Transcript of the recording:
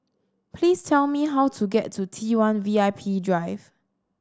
please tell me how to get to T one VIP Drive